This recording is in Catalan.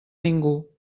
ningú